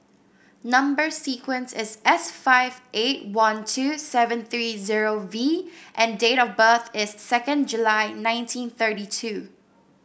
number sequence is S five eight one two seven three zero V and date of birth is second July nineteen thirty two